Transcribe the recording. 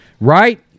Right